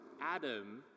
Adam